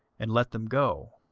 and let them go.